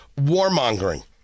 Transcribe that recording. warmongering